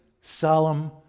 solemn